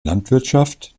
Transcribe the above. landwirtschaft